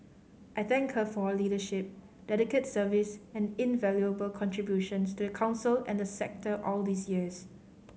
I thank her for her leadership dedicated service and invaluable contributions to the Council and the sector all these years